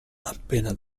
appena